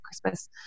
Christmas